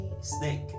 Snake